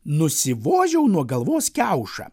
nusivožiau nuo galvos kiaušą